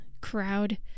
crowd